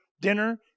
dinner